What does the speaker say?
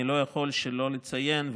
אני לא יכול שלא לציין,